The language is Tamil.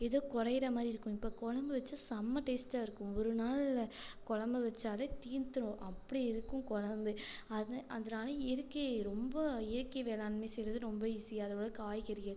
ஏதோ குறையுற மாதிரி இருக்கும் இப்போ குழம்பு வச்சா செம டேஸ்ட்டாக இருக்கும் ஒரு நாளில் குழம்பு வச்சாலே தீந்துரும் அப்படி இருக்கும் குழம்பு அது அதனால் இயற்கை ரொம்ப இயற்கை வேளாண்மை செய்கிறது ரொம்ப ஈஸி அதை விட காய்கறிகள்